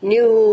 new